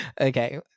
Okay